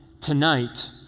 tonight